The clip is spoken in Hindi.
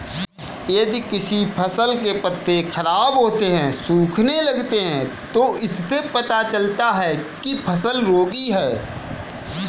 यदि किसी फसल के पत्ते खराब होते हैं, सूखने लगते हैं तो इससे पता चलता है कि फसल रोगी है